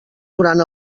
durant